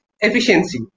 efficiency